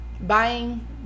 buying